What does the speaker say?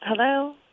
hello